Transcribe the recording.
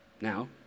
Now